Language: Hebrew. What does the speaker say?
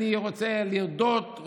ואני רוצה לרדות,